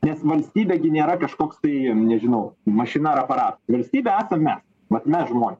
nes valstybė gi nėra kažkoks tai nežinau mašina ar aparatas valstybė esam mes vat mes žmonės